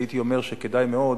הייתי אומר שכדאי מאוד